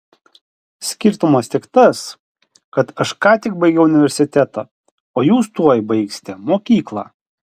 skirtumas tik tas kad aš ką tik baigiau universitetą o jūs tuoj baigsite mokyklą